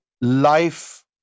life